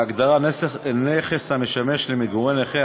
בהגדרה "נכס המשמש למגורי נכה",